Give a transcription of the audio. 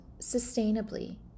sustainably